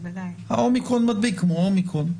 האומיקרון מדביק כמו אומיקרון.